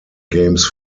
games